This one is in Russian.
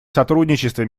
сотрудничество